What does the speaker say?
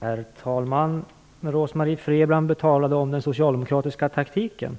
Herr talman! Rose-Marie Frebran talade om den socialdemokratiska taktiken.